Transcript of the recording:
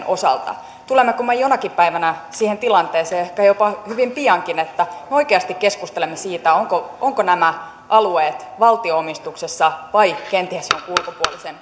osalta tulemmeko me jonakin päivänä siihen tilanteeseen ehkä jopa hyvin piankin että me oikeasti keskustelemme siitä ovatko ovatko nämä alueet valtion omistuksessa vai kenties jonkun ulkopuolisen